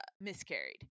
miscarried